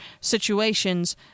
situations